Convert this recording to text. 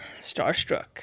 Starstruck